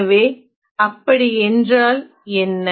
எனவே அப்படி என்றால் என்ன